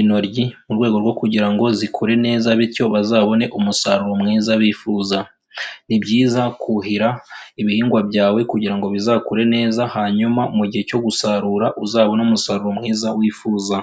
intoryi mu rwego rwo kugira ngo zikure neza bityo bazabone umusaruro mwiza bifuza, ni byiza kuhira ibihingwa byawe kugira ngo bizakure neza hanyuma mu gihe cyo gusarura uzabone umusaruro mwiza wifuza.